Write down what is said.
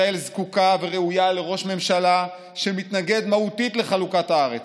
ישראל זקוקה וראויה לראש ממשלה שמתנגד מהותית לחלוקת הארץ,